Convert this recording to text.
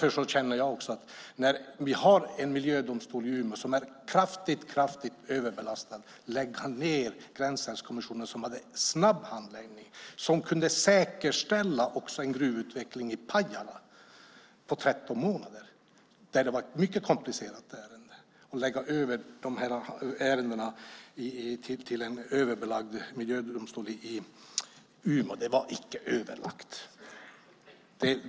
I Umeå har vi en miljödomstol som är kraftigt överbelastad. Att då lägga ned Gränsälvskommissionen som hade snabb handläggning och som kunde säkerställa en gruvutveckling i Pajala på 13 månader - det var ett mycket komplicerat ärende - och lägga över ärendena på en överbelastad miljödomstol i Umeå var inte överlagt.